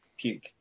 puke